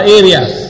areas